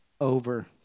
over